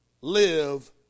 live